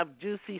juicy